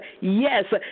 yes